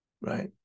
right